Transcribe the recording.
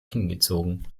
hingezogen